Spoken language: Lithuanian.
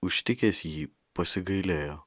užtikęs jį pasigailėjo